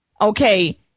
Okay